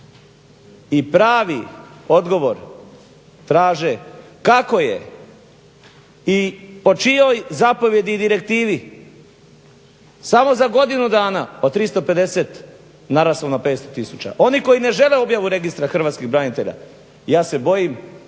i pravi odgovor traže kako je i po čijoj zapovjedi i direktivi samo za godinu dana od 350 naraslo na 500 tisuća. Oni koji ne žele objavu Registra hrvatskih branitelja ja se bojim